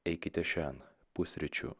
eikite šen pusryčių